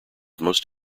most